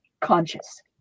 conscious